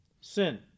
sin